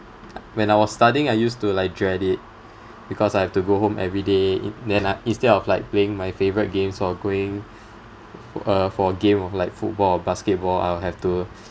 when I was studying I used to like dread it because I have to go home every day in~ then ah instead of like playing my favourite games or going uh for a game of like football or basketball I'll have to